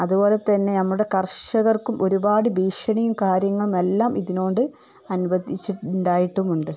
അതുപോലെ തന്നെ നമ്മുടെ കർഷകർക്കും ഒരുപാട് ഭീഷണിയും കാര്യങ്ങളും എല്ലാം ഇതിനോട് അനുബന്ധിച്ച് ഉണ്ടായിട്ടുമുണ്ട്